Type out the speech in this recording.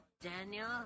Daniel